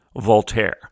Voltaire